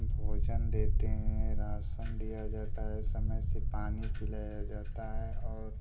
भोजन देते हैं रासन दिया जाता है समय से पानी पिलाया जाता है और